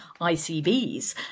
ICBs